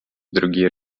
другие